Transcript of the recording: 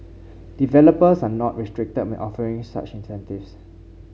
developers are not restricted when offering such incentives